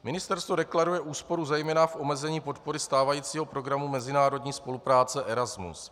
Ministerstvo deklaruje úsporu zejména v omezení podpory stávajícího programu mezinárodní spolupráce Erasmus.